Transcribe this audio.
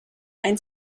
ein